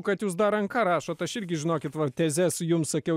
kad jūs dar ranka rašot aš irgi žinokit va tezes jums sakiau